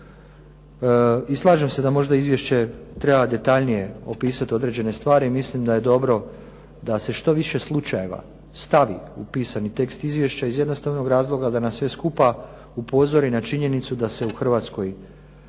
I slažem se da možda izvješće treba detaljnije opisati određene stvari. Mislim da je dobro da se što više slučajeva stavi u pisani tekst izvješća iz jednostavnog razloga da nas sve skupa upozori na činjenicu da se u Hrvatskoj